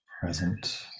present